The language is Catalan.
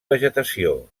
vegetació